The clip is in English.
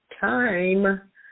time